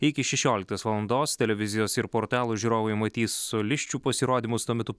iki šešioliktos valandos televizijos ir portalų žiūrovai matys solisčių pasirodymus tuo metu